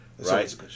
right